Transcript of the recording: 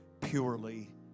purely